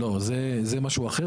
לא, אז זה משהו אחר.